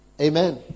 Amen